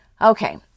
Okay